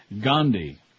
Gandhi